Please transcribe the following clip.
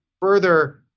further